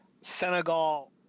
Senegal